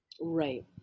right